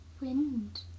wind